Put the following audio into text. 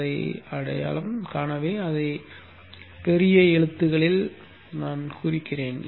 அதை அடையாளம் காணவே அதை பெரிய எழுத்துக்களில் வைத்தேன்